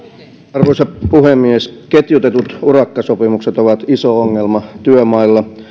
arvoisa puhemies ketjutetut urakkasopimukset ovat iso ongelma työmailla